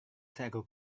seekor